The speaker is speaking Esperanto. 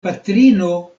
patrino